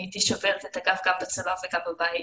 הייתי שוברת את הגב גם בצבא וגם בבית,